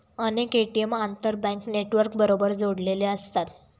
अनेक ए.टी.एम आंतरबँक नेटवर्कबरोबर जोडलेले असतात